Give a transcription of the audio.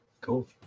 Cool